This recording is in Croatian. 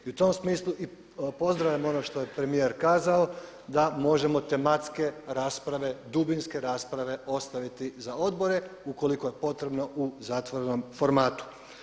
I u tom smislu pozdravljam ono što je premijer kazao da možemo tematske rasprave, dubinske rasprave ostaviti za odbore ukoliko je potrebno u zatvorenom formatu.